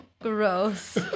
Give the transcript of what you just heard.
Gross